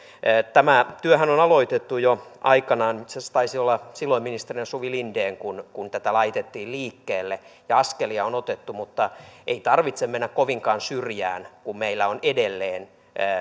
tämä työhän on aloitettu jo aikanaan itse asiassa taisi olla silloin ministerinä suvi linden kun kun tätä laitettiin liikkeelle ja askelia on otettu mutta ei tarvitse mennä kovinkaan syrjään kun meillä on edelleen